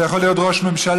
זה יכול להיות ראש ממשלה,